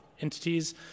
Entities